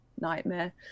nightmare